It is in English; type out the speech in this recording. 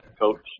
coach